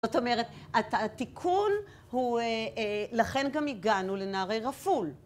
זאת אומרת, התיקון הוא, לכן גם הגענו לנערי רפול.